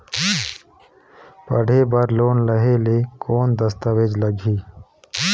पढ़े बर लोन लहे ले कौन दस्तावेज लगही?